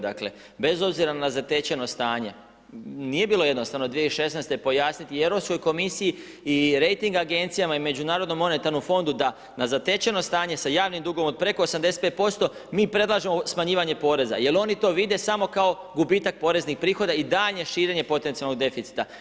Dakle bez obzira na zatečeno stanje, nije bilo jednostavno 2016. pojasniti Europskoj komisiji i rejting agencijama i međunarodnom monetarnom fondu da na zatečeno stanje sa javnim dugom od preko 85% mi predlažemo smanjivanje poreza jer oni to vide samo kao gubitak poreznih prihoda i daljnje širenje potencijalnog deficita.